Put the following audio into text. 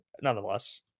nonetheless